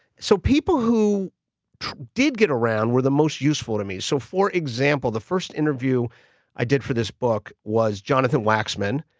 so, people who did get around were the most useful to me so for example, the first interview i did for this book was jonathan waxman,